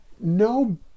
No